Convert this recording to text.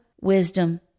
wisdom